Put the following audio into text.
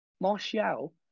Martial